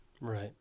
right